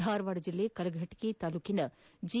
ಧಾರವಾಡ ಜಿಲ್ಲೆ ಕಲಘಟಕಿ ತಾಲ್ಲೂಕಿನ ಜಿ